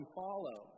follow